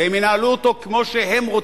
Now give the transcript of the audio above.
והם ינהלו אותו כמו שהם רוצים.